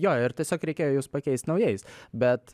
jo ir tiesiog reikėjo juos pakeist naujais bet